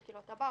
שכאילו אתה בא,